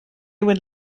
would